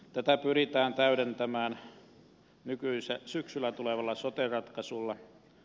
tätä pyritään täydentämään syksyllä tulevalla sote ratkaisulla